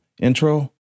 intro